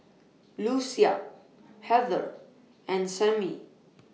Lucia Heather and Samie